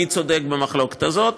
מי צודק במחלוקת הזאת.